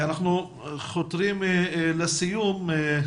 אנחנו חותרים לסיום הדיון.